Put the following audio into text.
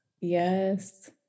yes